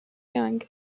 young